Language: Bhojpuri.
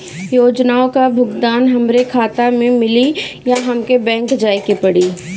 योजनाओ का भुगतान हमरे खाता में मिली या हमके बैंक जाये के पड़ी?